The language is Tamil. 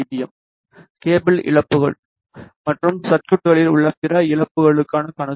எம் கேபிள் இழப்புகள் மற்றும் சர்குய்ட்களில் உள்ள பிற இழப்புகளுக்கான கணக்குகள்